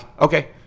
okay